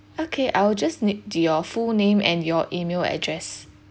okay I will just need your full name and your email address